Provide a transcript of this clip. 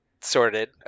sorted